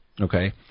okay